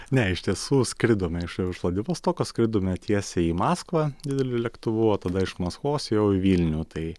ne iš tiesų skridome iš iš vladivostoko skridome tiesiai į maskvą dideliu lėktuvu o tada iš maskvos jau į vilnių tai